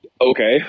Okay